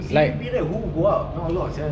C_B period who go out not a lot sia